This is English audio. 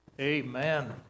Amen